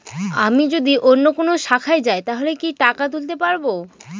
আমি যদি অন্য কোনো শাখায় যাই তাহলে কি টাকা তুলতে পারব?